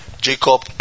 Jacob